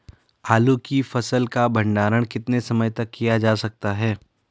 आलू की फसल का भंडारण कितने समय तक किया जा सकता है?